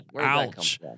Ouch